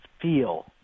feel